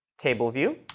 table view,